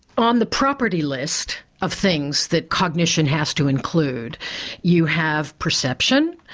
on the property list of things that cognition has to include you have perception,